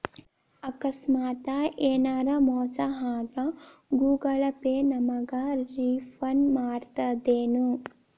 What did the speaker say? ಆಕಸ್ಮಾತ ಯೆನರ ಮೋಸ ಆದ್ರ ಗೂಗಲ ಪೇ ನಮಗ ರಿಫಂಡ್ ಮಾಡ್ತದೇನು?